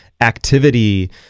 activity